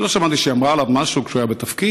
לא שמעתי שהיא אמרה עליו משהו כשהוא היה בתפקיד,